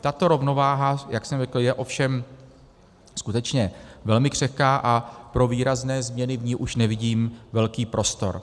Tato rovnováha, jak jsem řekl, je ovšem skutečně velmi křehká a pro výrazné změny v ní už nevidím velký prostor.